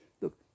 look